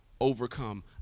overcome